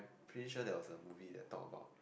pretty sure there was a movie that talked about